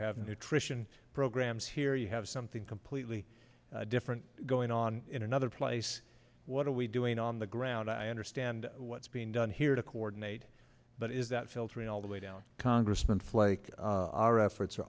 have nutrition programs here you have something completely different going on in another place what are we doing on the ground i understand what's being done here to coordinate but is that filtering all the way down congressman flake our efforts are